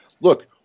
look